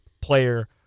player